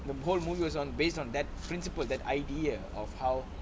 the whole movie was on based on that principle that idea of how